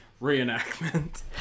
reenactment